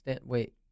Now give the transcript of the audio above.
wait